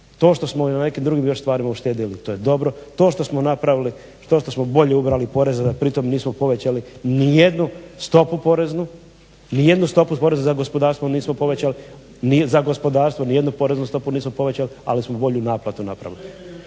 To što smo još na nekim drugim stvarima uštedili to je dobro, to što smo napravili … bolje ubrali poreza da pri tom nismo povećali nijednu stopu poreznu za gospodarstvo nismo povećali, za gospodarstvo nijednu poreznu stopu nismo povećali ali smo bolju naplatu napravili.